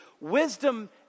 Wisdom